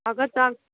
अगरि तव्हां